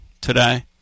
today